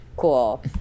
Cool